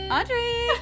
Audrey